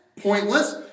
pointless